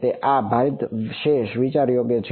તે આ ભારિત શેષ વિચાર યોગ્ય છે